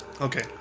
Okay